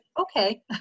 okay